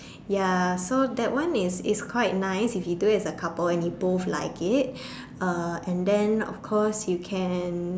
ya so that one is is quite nice if you do as a couple and if you both like it uh and then of course you can